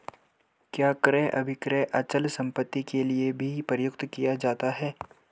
क्या क्रय अभिक्रय अचल संपत्ति के लिये भी प्रयुक्त किया जाता है?